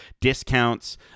discounts